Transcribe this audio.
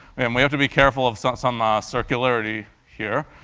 and we have to be careful of some ah circularity here.